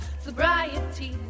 sobriety